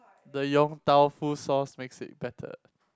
the Yong-Tau-Foo sauce makes it better